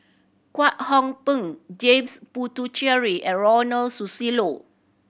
Kwek Hong Png James Puthucheary and Ronald Susilo